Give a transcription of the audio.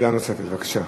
שאלה נוספת, בבקשה.